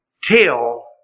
till